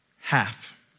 Half